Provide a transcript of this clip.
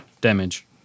damage